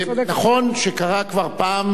נכון שקרה כבר פעם,